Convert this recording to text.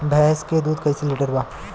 भैंस के दूध कईसे लीटर बा?